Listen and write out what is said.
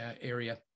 area